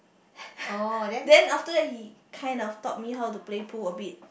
then after that he kind of taught me how to play pool a bit